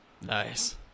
Nice